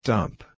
Dump